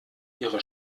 ihre